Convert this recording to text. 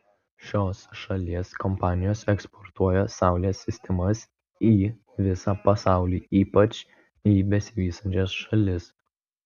šios šalies kompanijos eksportuoja saulės sistemas į visą pasaulį ypač į besivystančias šalis